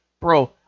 bro